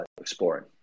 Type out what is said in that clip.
exploring